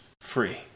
free